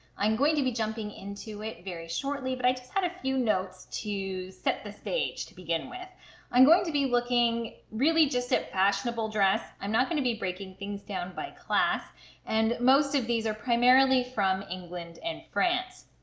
i'm going to be jumping into it very shortly but i just had a few notes to set the stage. to begin with i'm going to be looking really just at fashionable dress. dress. i'm not going to be breaking things down by class and most of these are primarily from england and france.